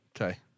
Okay